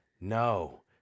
No